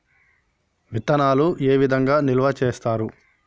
విత్తనాలు ఏ విధంగా నిల్వ చేస్తారు?